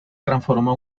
transformó